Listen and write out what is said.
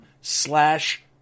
slash